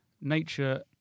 nature